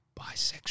bisexual